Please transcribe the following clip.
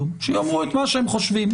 שיאמרו את מה שהם חושבים.